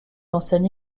enseigne